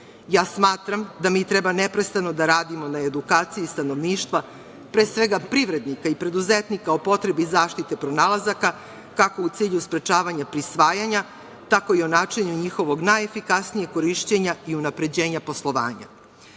Smatram da treba neprestano da radimo na edukaciji stanovništva, pre svega privrednika i preduzetnika, o potrebi zaštite pronalazaka, kako u cilju sprečavanja prisvajanja, tako i o načinu njihovog najefikasnijeg korišćenja i unapređenja poslovanja. Kada